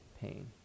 pain